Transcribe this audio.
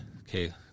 Okay